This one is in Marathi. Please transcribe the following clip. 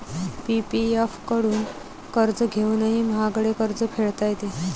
पी.पी.एफ कडून कर्ज घेऊनही महागडे कर्ज फेडता येते